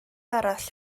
arall